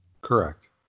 Correct